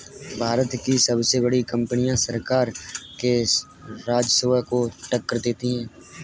भारत की बड़ी कंपनियां सरकार के राजस्व को टक्कर देती हैं